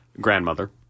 grandmother